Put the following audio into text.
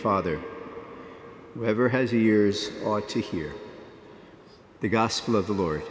father whatever has ears are to hear the gospel of the lord